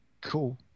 cool